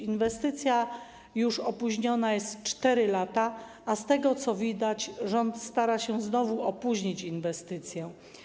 Inwestycja już jest opóźniona o 4 lata, a z tego, co widać, rząd stara się znowu opóźnić inwestycję.